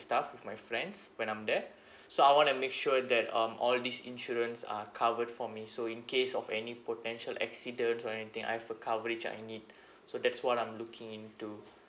stuff with my friends when I'm there so I wanna make sure that um all these insurance are covered for me so in case of any potential accidents or anything I have a coverage I need so that's what I'm looking into